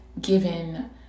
given